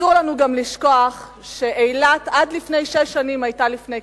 אסור לנו גם לשכוח שאילת עד לפני שש שנים היתה בקריסה.